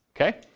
okay